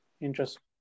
Interesting